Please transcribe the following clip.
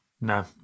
No